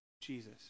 Jesus